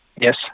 Yes